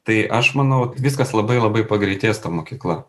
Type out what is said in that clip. tai aš manau kad viskas labai labai pagreitės ta mokykla